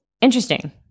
Interesting